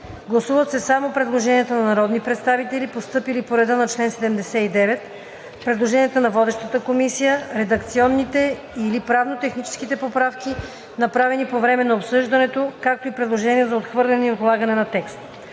Гласуват се само предложенията на народни представители, постъпили по реда на чл. 79, предложенията на водещата комисия, редакционните или правно-техническите поправки, направени по време на обсъждането, както и предложения за отхвърляне или отлагане на текст.